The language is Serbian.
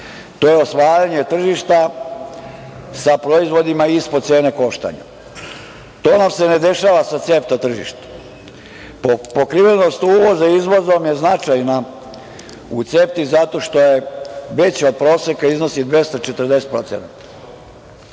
To je osvajanje tržišta sa proizvodima ispod cene koštanja. To nam se ne dešava sa CEFTA tržištem. Pokrivenost uvoza izvozom je značajna u CEFTA-i zato što je veća od proseka i iznosi 240%.